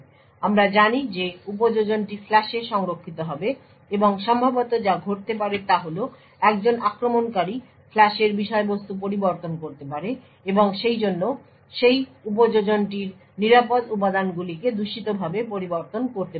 সুতরাং আমরা জানি যে উপযোজনটি ফ্ল্যাশে সংরক্ষিত হবে এবং সম্ভবত যা ঘটতে পারে তা হল একজন আক্রমণকারী ফ্ল্যাশের বিষয়বস্তু পরিবর্তন করতে পারে এবং সেইজন্য সেই উপযোজনটির নিরাপদ উপাদানগুলিকে দূষিতভাবে পরিবর্তন করতে পারে